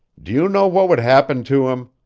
do you know what would happen to him?